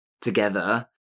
Together